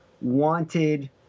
wanted